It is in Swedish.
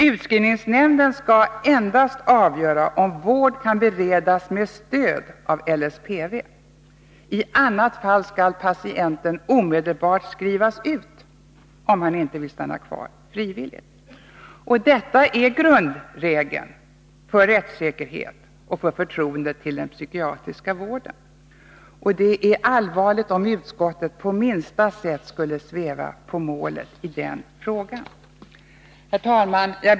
Utskrivningsnämnden skall endast avgöra om vård kan beredas med stöd av LSPV. I annat fall skall patienten omedelbart skrivas ut, om han inte vill stanna kvar frivilligt. Detta är grundläggande för rättssäkerhet och för förtroendet till den psykiatriska vården. Det är allvarligt om utskottet på minsta sätt skulle sväva på målet i den frågan.